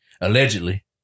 Allegedly